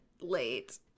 late